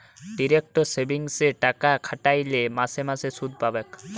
direct সেভিংসে টাকা খ্যাট্যাইলে মাসে মাসে সুদ পাবেক